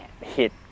hit